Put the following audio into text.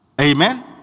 Amen